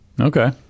okay